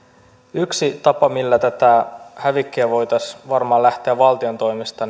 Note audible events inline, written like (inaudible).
yksi tapa millä tätä hävikkiä voitaisiin varmaan lähteä valtion toimesta (unintelligible)